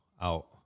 out